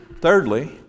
Thirdly